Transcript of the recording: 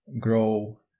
Grow